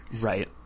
Right